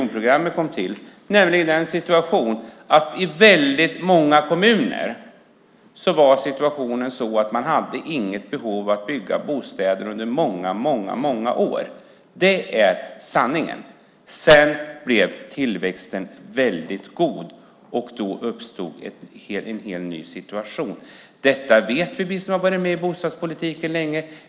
I många kommuner var situationen sådan under många år att man inte hade något behov av att bygga bostäder. Det är sanningen. Sedan blev tillväxten väldigt god, och då uppstod en helt ny situation. Detta vet vi som har varit med i bostadspolitiken länge.